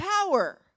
power